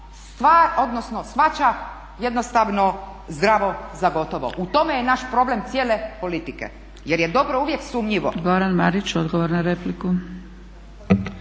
se zlo odnosno shvaća jednostavno zdravo za gotovo. U tome je naš problem cijele politike, jer je dobro uvijek sumnjivo.